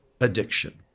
addiction